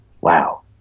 wow